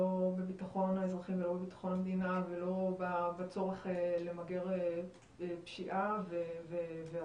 לא בביטחון האזרחי ולא בבטחון המדינה ולא בצורך למגר פשיעה ועבריינות,